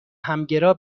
همگرا